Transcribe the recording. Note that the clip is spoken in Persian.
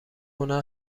هنر